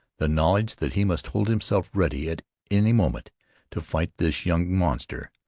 the knowledge that he must hold himself ready at any moment to fight this young monster,